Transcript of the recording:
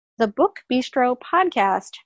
thebookbistropodcast